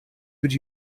would